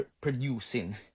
producing